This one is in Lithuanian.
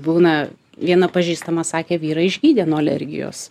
būna viena pažįstama sakė vyrą išgydė nuo alergijos